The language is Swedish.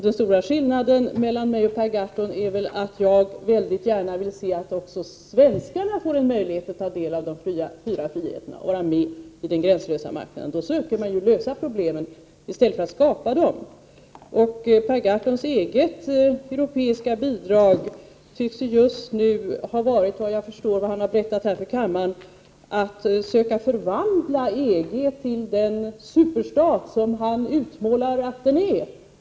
Den stora skillnaden mellan mig och Per Gahrton är väl att jag mycket gärna vill se att också svenskarna får en möjlighet att ta del av de fyra friheterna och att vara med i den gränslösa marknaden. Då försöker man lösa problemen, i stället för att skapa dem. Per Gahrtons eget europeiska bidrag tycks just nu vara — enligt vad jag förstår av vad han har berättat för kammaren — att söka förvandla Europeiska gemenskapen till den superstat som han utmålar att den är.